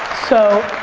so,